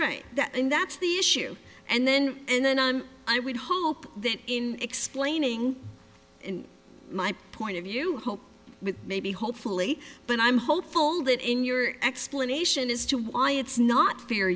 right and that's the issue and then and then and i would hope that in explaining my point of view hope with maybe hopefully but i'm hopeful that in your explanation as to why it's not fair